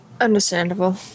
understandable